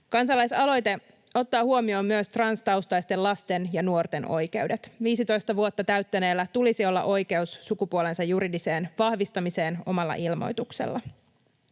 Kansalaisaloite ottaa huomioon myös transtaustaisten lasten ja nuorten oikeudet. 15 vuotta täyttäneellä tulisi olla oikeus sukupuolensa juridiseen vahvistamiseen omalla ilmoituksella.